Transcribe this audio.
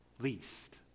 least